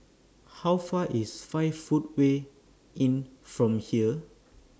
How Far IS five Footway Inn from here